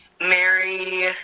Mary